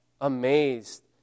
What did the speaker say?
amazed